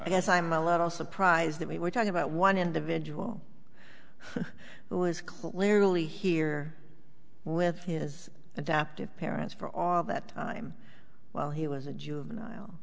i guess i'm a little surprised that we were talking about one individual who was clearly here with his adoptive parents for all that time while he was a juvenile